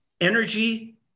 Energy